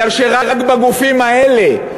בגלל שרק בגופים האלה,